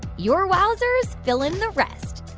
your wowzers fill in the rest.